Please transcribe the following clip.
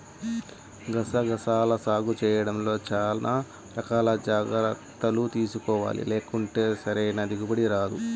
గసగసాల సాగు చేయడంలో చానా రకాల జాగర్తలు తీసుకోవాలి, లేకుంటే సరైన దిగుబడి రాదు